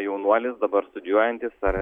jaunuolis dabar studijuojantis ar